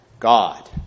God